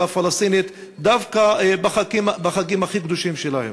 הפלסטינית דווקא בחגים הכי קדושים שלהם.